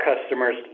customers